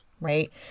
Right